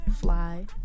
fly